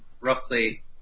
roughly